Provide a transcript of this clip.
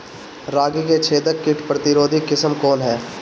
रागी क छेदक किट प्रतिरोधी किस्म कौन ह?